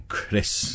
Chris